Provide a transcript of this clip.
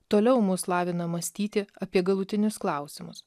toliau mus lavina mąstyti apie galutinius klausimus